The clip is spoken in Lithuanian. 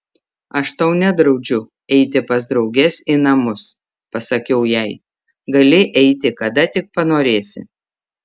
aš tau nedraudžiu eiti pas drauges į namus pasakiau jai gali eiti kada tik panorėsi